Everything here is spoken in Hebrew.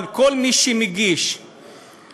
אבל כל מי שמגיש בקשה,